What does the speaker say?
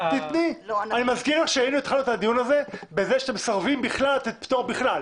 אני מזכיר לך שהתחלנו את הדיון הזה בזה שאתם מסרבים בכלל לתת פטור.